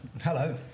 Hello